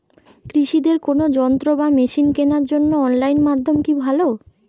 কৃষিদের কোন যন্ত্র বা মেশিন কেনার জন্য অনলাইন মাধ্যম কি ভালো?